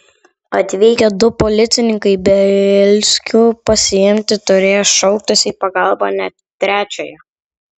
atvykę du policininkai bielskų pasiimti turėjo šauktis į pagalbą net trečiojo